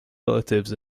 relatives